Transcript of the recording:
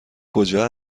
کجا